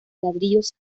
ladrillos